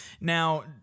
Now